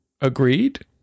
agreed